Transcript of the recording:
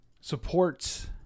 supports